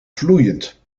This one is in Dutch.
vloeiend